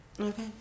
Okay